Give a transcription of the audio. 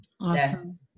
Awesome